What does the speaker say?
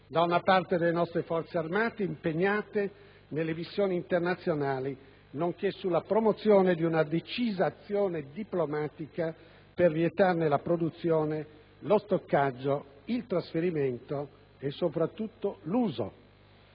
da parte delle nostre Forze armate impegnate nelle missioni internazionali, nonché la promozione di una decisa azione diplomatica per vietarne la produzione, lo stoccaggio, il trasferimento e, soprattutto, l'uso.